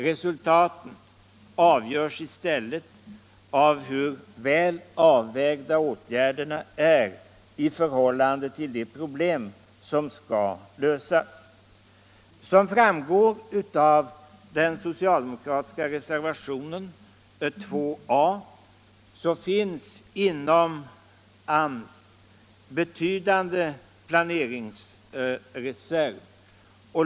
Resultaten avgörs i stället av hur väl avvägda åtgärderna är i för hållande till de problem som skall lösas. Såsom framgår av den socialdemokratiska reservationen 2 A finns inom AMS en betydande planeringsreserv.